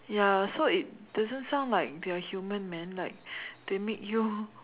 ya so it doesn't sound like they are human man like they make you